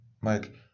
Mike